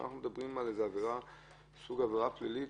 כאן אנחנו מדברים על סוג של עבירה פלילית.